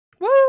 Woo